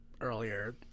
earlier